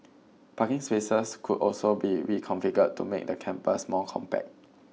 parking spaces could also be reconfigured to make the campus more compact